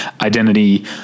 identity